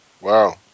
Wow